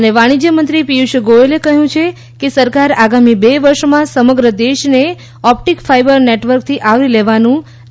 ૈ વાણિજ્યમંત્રી પિયુષ ગોયલે કહ્યું છે કે સરકાર આગામી બે વર્ષમાં સમગ્ર દેશને ઓપ્ટિક ફાઇબર નેટવર્કથી આવરી લેવાનું લક્ષ્ય રાખી રહી છે